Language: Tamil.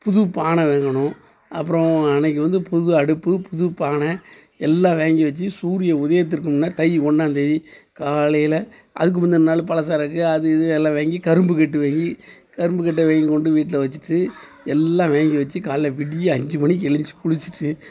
புது பானை வாங்கணும் அதுக்கப்புறம் அன்னைக்கு வந்து புது அடுப்பு புது பானை எல்லாம் வாங்கி வச்சு சூரிய உதயத்திற்கு முன்ன தை ஒன்னாம்தேதி காலையில் அதுக்கு முந்தின நாள் பலசரக்கு அது இது எல்லாம் வாங்கி கரும்பு கட்டு வாங்கி கரும்பு கட்டை வாங்கிக்கொண்டு வீட்டில் வச்சிவிட்டு எல்லாம் வாங்கி வச்சு காலைல விடிய அஞ்சு மணிக்கு எழுந்ச்சி குளிச்சிவிட்டு